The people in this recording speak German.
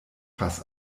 fass